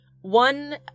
one